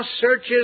searches